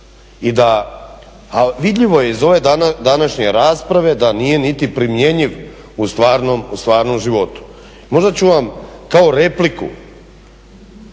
a vidljivo je iz ove današnje rasprave da nije niti primjenjiv u stvarnom životu. Možda ću vam kao repliku